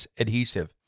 adhesive